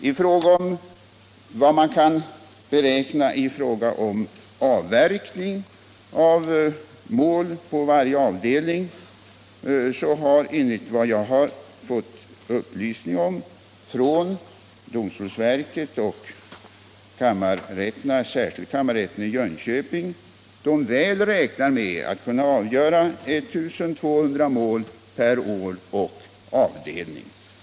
I fråga om beräknad avverkning av mål på varje avdelning har man enligt vad jag har fått upplysning om från domstolsverket och kammarrätterna, särskilt kammarrätten i Jönköping, väl räknat med att kunna avgöra 1 200 mål per år och avdelning.